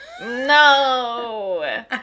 No